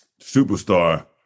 superstar